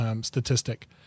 statistic